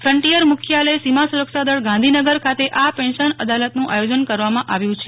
frontier મુખ્યાલય સીમા સુરક્ષા દળ ગાંધીનગર દ્વારા આ પેન્શન અદાલતનું આયોજન કરવામાં આવ્યું છે